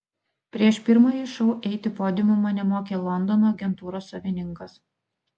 prieš pirmąjį šou eiti podiumu mane mokė londono agentūros savininkas